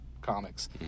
comics